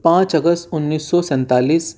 پانچ اگست انّیس سو سینتالیس